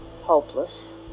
hopeless